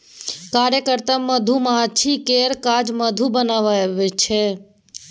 कार्यकर्ता मधुमाछी केर काज मधु बनाएब छै